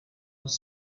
was